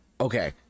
Okay